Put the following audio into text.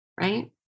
right